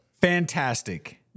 fantastic